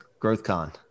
GrowthCon